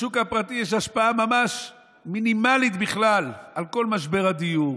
לשוק הפרטי יש השפעה ממש מינימלית בכלל על כל משבר הדיור.